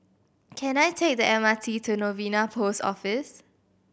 can I take the M R T to Novena Post Office